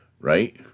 Right